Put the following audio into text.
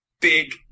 big